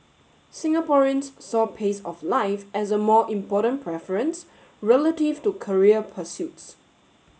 Singaporeans saw pace of life as a more important preference relative to career pursuits